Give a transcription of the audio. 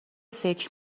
فکر